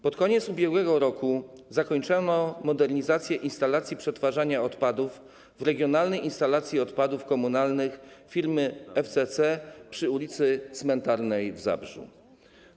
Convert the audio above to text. Pod koniec ubiegłego roku zakończono modernizację instalacji przetwarzania odpadów w regionalnej instalacji odpadów komunalnych firmy FCC przy ul. Cmentarnej w Zabrzu.